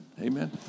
Amen